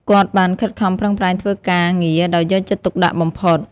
គាត់បានខិតខំប្រឹងប្រែងធ្វើការងារដោយយកចិត្តទុកដាក់បំផុត។